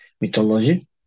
mythology